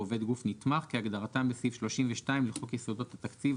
או "עובד גוף נתמך" כהגדרתם בסעיף 32 לחוק יסודות התקציב,